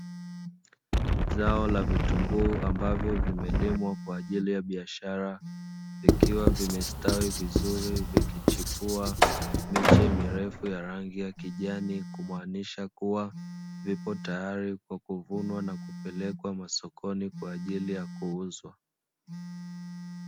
Zao la vitunguu ambavyo vimelimwa kwa ajili ya biashara vikiwa vimestawi vizuri vikichipua miche mirefu ya rangi ya kijani kumaanisha kuwa vipo tayari kwa kuvunwa na kupelekwa masokoni kwa ajili ya kuuzwa.